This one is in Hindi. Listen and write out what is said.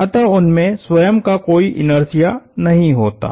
अत उनमें स्वयं का कोई इनर्शिया नहीं होता